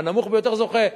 הנמוך ביותר זוכה.